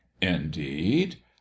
indeed